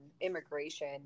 immigration